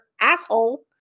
asshole